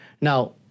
Now